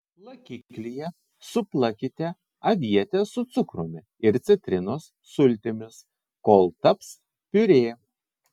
plakiklyje suplakite avietes su cukrumi ir citrinos sultimis kol taps piurė